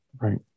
right